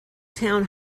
town